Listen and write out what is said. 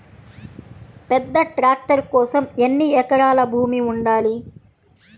పెద్ద ట్రాక్టర్ కోసం ఎన్ని ఎకరాల భూమి ఉండాలి?